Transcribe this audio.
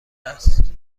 است